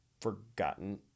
forgotten